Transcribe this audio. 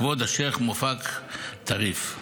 כבוד השייח' מואפק טריף,